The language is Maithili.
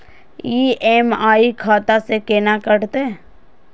ई.एम.आई खाता से केना कटते?